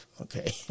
Okay